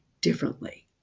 differently